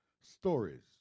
stories